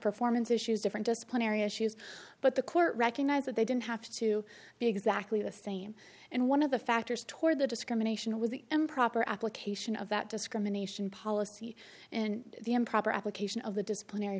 performance issues different disciplinary issues but the court recognized that they didn't have to be exactly the same and one of the factors toward the discrimination was the improper application of that discrimination policy and the improper application of the disciplinary